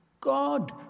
God